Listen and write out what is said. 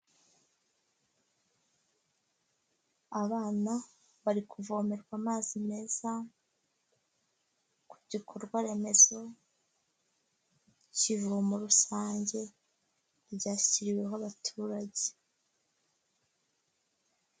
Abana bari kuvomerwa amazi meza ku gikorwa remezo k'ivumo rusange ryashyiriweho abaturage.